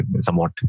somewhat